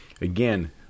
again